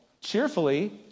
cheerfully